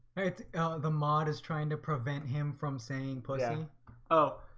the mod is trying to prevent him from saying pussy? um oh?